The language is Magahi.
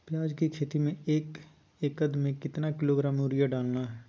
प्याज की खेती में एक एकद में कितना किलोग्राम यूरिया डालना है?